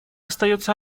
остается